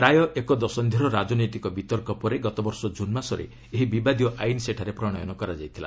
ପ୍ରାୟ ଏକ ଦଶନ୍ଧିର ରାଜନୈତିକ ବିତର୍କ ପରେ ଗତ ବର୍ଷ ଜୁନ୍ ମାସରେ ଏହି ବିବାଦୀୟ ଆଇନ ସେଠାରେ ପ୍ରଣୟନ କରାଯାଇଛି